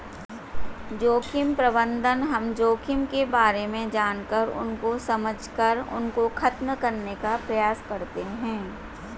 जोखिम प्रबंधन हम जोखिम के बारे में जानकर उसको समझकर उसको खत्म करने का प्रयास करते हैं